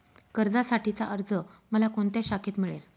कर्जासाठीचा अर्ज मला कोणत्या शाखेत मिळेल?